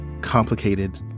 complicated